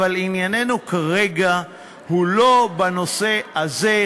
אבל ענייננו כרגע הוא לא בנושא הזה,